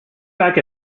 back